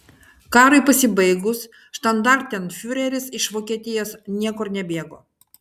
karui pasibaigus štandartenfiureris iš vokietijos niekur nebėgo